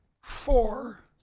four